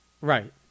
Right